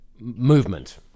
movement